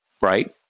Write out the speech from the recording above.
right